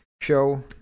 show